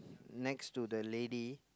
next to the lady